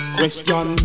Question